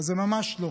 אז זה ממש לא.